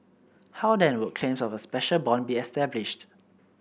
how then would claims of a special bond be established